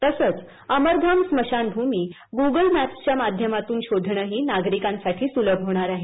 तसंच अमरधाम स्मशानभूमी गूगल मॅप्सच्या माध्यमातून शोधणंही नागरिकांसाठी सुलभ होणार आहे